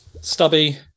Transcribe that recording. stubby